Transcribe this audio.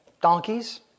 donkeys